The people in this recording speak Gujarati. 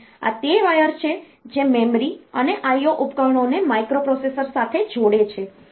તેથી આ તે વાયર છે જે મેમરી અને IO ઉપકરણોને માઇક્રોપ્રોસેસર સાથે જોડે છે